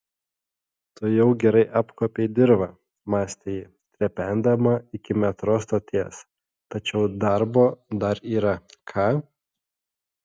tu jau gerai apkuopei dirvą mąstė ji trependama iki metro stoties tačiau darbo dar yra ką